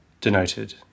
denoted